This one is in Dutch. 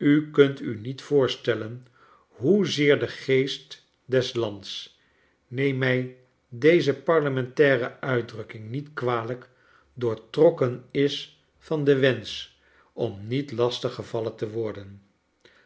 u kunt u niet voorstellen hoe zeer de geest des lands neem mij deze parlementaire uitdrukking niet kwalijk doortrokken is van den wensch om niet lastig gevallen te worden